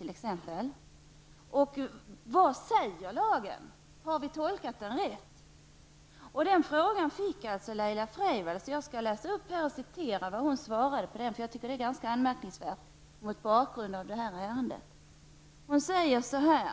Vad sägs egentligen i lagen? Har vi tolkat den rätt? Dessa frågor fick justitieminister Laila Freivalds, och på dem svarade hon anmärkningsvärt nog så här: